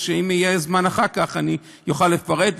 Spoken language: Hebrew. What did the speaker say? אם יהיה זמן אחר כך אני אוכל לפרט,